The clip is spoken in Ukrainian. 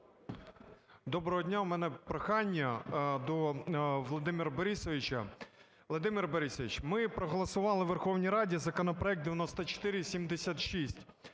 Доброго дня! У мене прохання до Володимира Борисовича. Володимир Борисович, ми проголосували у Верховній Раді законопроект 9476,